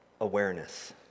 awareness